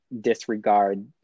disregard